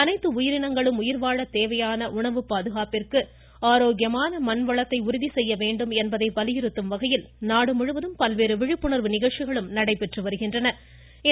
அனைத்து உயிரினங்களும் உயிர்வாழ தேவையான உணவு பாதுகாப்பிற்கு ஆரோக்கியமான மண் வளத்தை உறுதி செய்ய வேண்டும் என்பதை வலியுறுத்தும் வகையில் நாடு முழுவதும் பல்வேறு விழிப்புணர்வு நிகழ்ச்சிகளுக்கு ஏற்பாடு செய்யப்பட்டுள்ளது